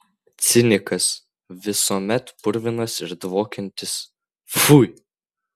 cinikas visuomet purvinas ir dvokiantis pfui